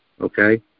okay